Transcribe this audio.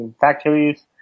factories